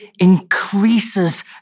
increases